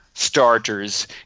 Starters